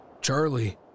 Charlie